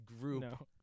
group